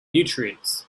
nutrients